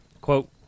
quote